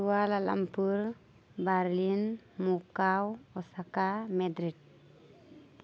Kuala Lumpur Berlin Moscow Osaka Madrid